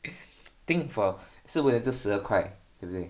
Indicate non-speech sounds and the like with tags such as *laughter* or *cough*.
*breath* think for 是为了这个十二块对不对